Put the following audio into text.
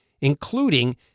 including